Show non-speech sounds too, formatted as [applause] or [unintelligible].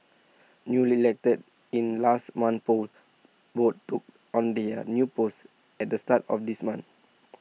newly elected in last month's polls [unintelligible] took on their new posts at the start of this month